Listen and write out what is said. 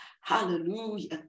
Hallelujah